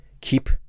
keep